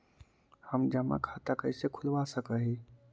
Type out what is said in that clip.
हम जमा खाता कैसे खुलवा सक ही?